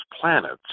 planets